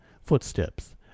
footsteps